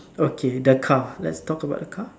okay the car let's talk about the car